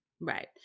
Right